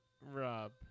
Rob